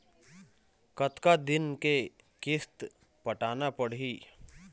कतका दिन के किस्त पटाना पड़ही?